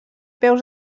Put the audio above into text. peus